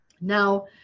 Now